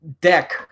Deck